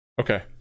Okay